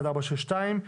מ/1462,